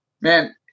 man